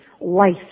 Life